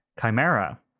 Chimera